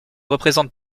représente